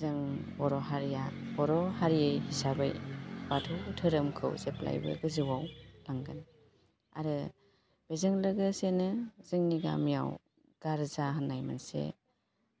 जों बर' हारिया बर' हिसाबै बाथौ धोरोमखौ जेब्लायबो गोजौआव लांगोन आरो बेजों लोगोसेनो जोंनि गामियाव गार्जा होन्नाय मोनसे